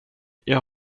jag